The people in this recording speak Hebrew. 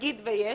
נגיד ויש.